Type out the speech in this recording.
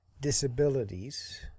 disabilities